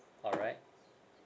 all right